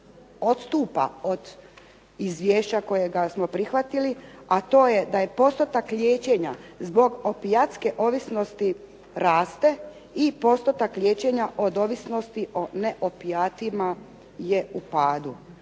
odstupa od izvješća kojega smo prihvatili, a to je da je postotak liječenja zbog opijatske ovisnosti raste i postotak liječenja od ovisnosti o neopijatima je u padu.